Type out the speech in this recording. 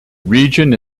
region